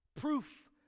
Proof